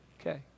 Okay